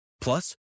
Plus